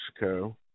Mexico